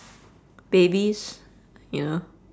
babies you know